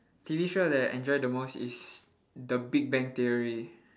T_V show that I enjoy the most is the big bang theory